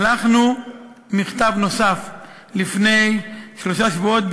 שלחנו מכתב נוסף לפני שלושה שבועות,